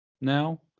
now